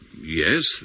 yes